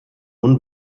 und